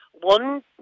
one